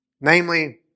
Namely